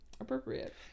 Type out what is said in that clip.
appropriate